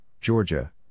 Georgia